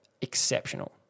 exceptional